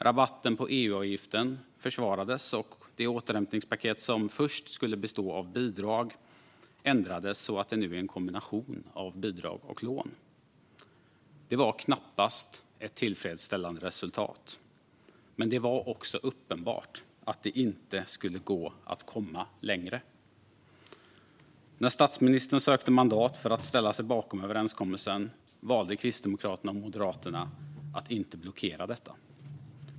Rabatten på EU-avgiften försvarades, och det återhämtningspaket som först skulle bestå av bidrag ändrades så att det nu är en kombination av bidrag och lån. Det var knappast ett tillfredsställande resultat, men det var uppenbart att det inte skulle gå att komma längre. När statsministern sökte mandat för att ställa sig bakom överenskommelsen valde Kristdemokraterna och Moderaterna att inte blockera det.